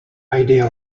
idea